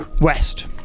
west